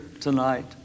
tonight